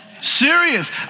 Serious